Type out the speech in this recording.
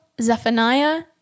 Zephaniah